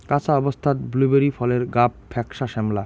কাঁচা অবস্থাত ব্লুবেরি ফলের গাব ফ্যাকসা শ্যামলা